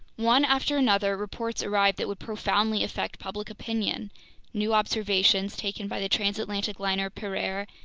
one after another, reports arrived that would profoundly affect public opinion new observations taken by the transatlantic liner pereire,